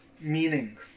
meaning